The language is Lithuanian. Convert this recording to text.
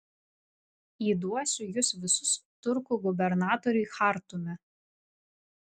įduosiu jus visus turkų gubernatoriui chartume